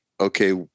okay